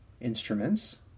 instruments